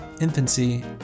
infancy